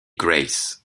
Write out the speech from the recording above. grâce